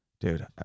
dude